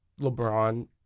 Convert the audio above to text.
LeBron